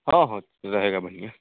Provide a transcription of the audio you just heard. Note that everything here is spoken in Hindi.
हाँ हाँ रहेगा बढ़िया